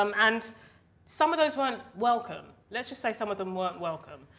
um and some of those weren't welcome. let's just say some of them weren't welcome.